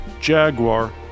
Jaguar